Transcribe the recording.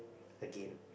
again